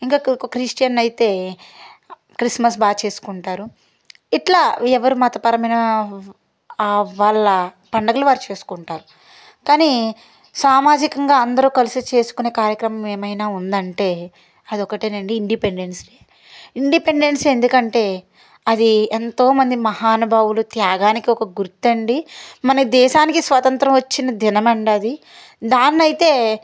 ఇంకా ఒక క్రిస్టియన్ అయితే క్రిస్మస్ బాగా చేసుకుంటారు ఇలా ఎవరు మతపరమైన వాళ్ళ పండగలు వారు చేసుకుంటారు కానీ సామాజికంగా అందరూ కలిసి చేసుకునే కార్యక్రమం ఏమైనా ఉందంటే అదొకటేనండి ఇండిపెండెన్స్ డే ఇండిపెండెన్స్ ఎందుకంటే అది ఎంతో మంది మహానుభావులు త్యాగానికి ఒక గుర్తండి మన దేశానికి స్వతంత్ర్యం వచ్చిన దినం అండి దాన్నయితే